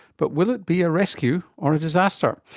but will it be a rescue or a disaster?